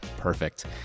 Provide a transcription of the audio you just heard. perfect